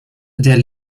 der